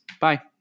Bye